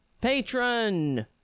patron